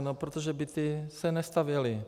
No, protože byty se nestavěly.